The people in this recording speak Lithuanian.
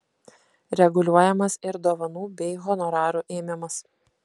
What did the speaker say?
reguliuojamas ir dovanų bei honorarų ėmimas